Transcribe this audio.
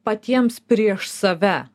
patiems prieš save